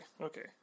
Okay